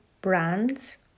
brands